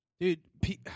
Dude